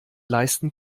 leisten